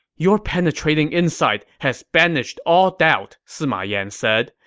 your penetrating insight has banished all doubt, sima yan said.